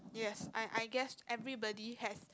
yes I I guess everybody has